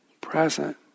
present